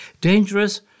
Dangerous